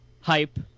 hype